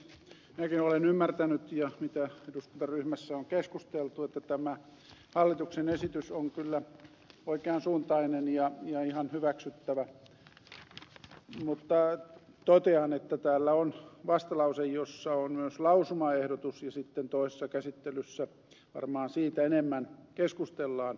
minäkin olen ymmärtänyt ja eduskuntaryhmässä on keskusteltu että tämä hallituksen esitys on kyllä oikean suuntainen ja ihan hyväksyttävä mutta totean että täällä on vastalause jossa on myös lausumaehdotus ja sitten toisessa käsittelyssä varmaan siitä enemmän keskustellaan